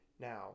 now